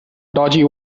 dodgy